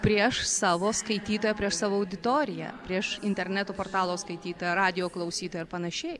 prieš savo skaitytoją prieš savo auditoriją prieš interneto portalo skaitytoją radijo klausytoją ar panašiai